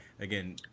again